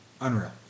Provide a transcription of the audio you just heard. unreal